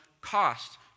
cost